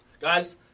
Guys